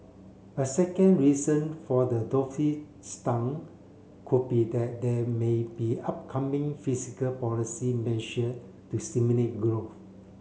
a second reason for the could be that there may be upcoming fiscal policy measure to stimulate grow